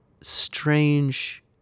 strange